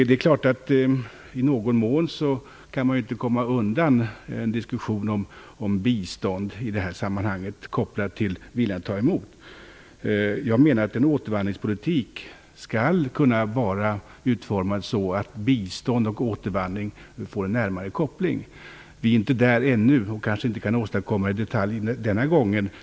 Det är klart att man i det här sammanhanget inte kan komma undan en diskussion om bistånd kopplat till viljan att ta emot. Jag menar att en återvandringspolitik skall kunna vara utformad så att bistånd och återvandring får en närmare koppling. Vi är inte där ännu, och vi kan kanske inte åstadkomma det i detalj denna gång.